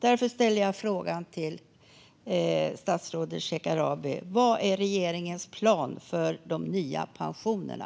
Därför ställer jag frågan till statsrådet Shekarabi: Vad är regeringens plan för de nya pensionerna?